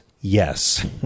Yes